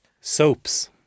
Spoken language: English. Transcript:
Soaps